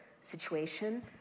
situation